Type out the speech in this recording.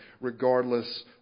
regardless